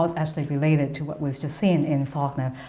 ah actually related to what we've just seen in faulkner.